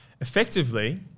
effectively